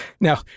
now